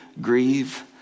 grieve